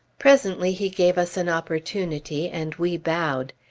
presently he gave us an opportunity, and we bowed.